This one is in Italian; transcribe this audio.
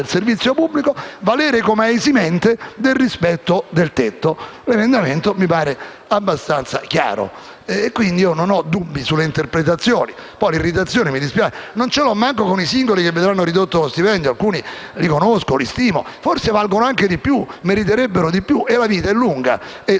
del servizio pubblico, valere come esimente dal rispettare il tetto. L'emendamento mi sembra abbastanza chiaro. Quindi, non ho dubbi sull'interpretazione; poi l'irritazione mi dispiace. Non ce l'ho neanche con i singoli che vedranno ridotto lo stipendio: alcuni li conosco e li stimo e forse valgono e meriterebbero di più. La vita è lunga e